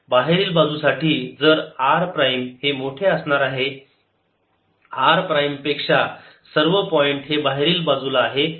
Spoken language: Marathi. बाहेरील बाजू साठी जर r प्राईम हे मोठे असणार आहे R प्राईम पेक्षा सर्व पॉइंट हे बाहेरील बाजूला आहे